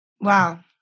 Wow